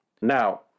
Now